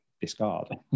discard